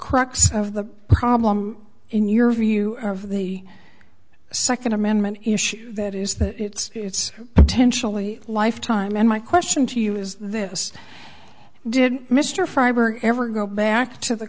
crux of the problem in your view of the second amendment issue that is that it's potentially life time and my question to you is this did mr freiberg ever go back to the